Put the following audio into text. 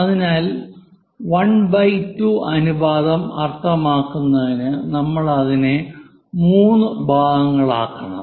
അതിനാൽ 12 അനുപാതം അർത്ഥമാക്കുന്നതിനു നമ്മൾ അതിനെ 3 ഭാഗങ്ങളാക്കണം